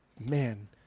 man